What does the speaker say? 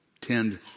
Tend